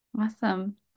Awesome